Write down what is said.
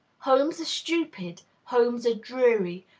homes are stupid, homes are dreary,